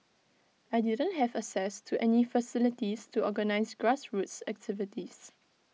I didn't have access to any facilities to organise grassroots activities